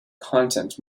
content